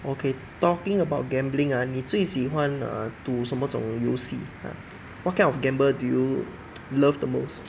okay talking about gambling ah 你最喜欢 err 赌什么种游戏 what kind of gamble do you love the most